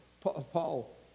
Paul